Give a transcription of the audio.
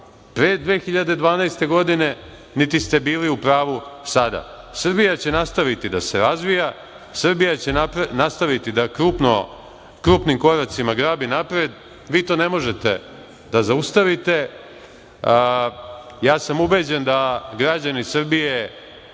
pre 2012. godine, niti ste bili u pravu sada. Srbija će nastaviti da se razvija. Srbija će nastaviti da krupnim koracima grabi napred. Vi to ne možete da zaustavite. Ja sam ubeđen da ogromna većina